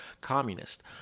communist